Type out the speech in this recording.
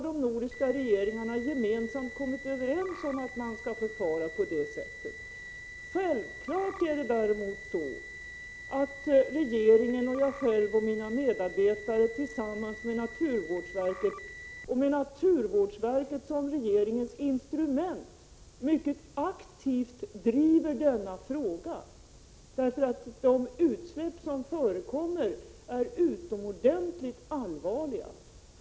De nordiska regeringarna har gemensamt kommit överens om att man skall förfara på det sättet. Däremot så driver regeringen, och jag själv och mina medarbetare, tillsammans med naturvårdsverket, och med naturvårdsverket som instrument, mycket aktivt denna fråga. De utsläpp som förekommer är utomordentligt allvarliga.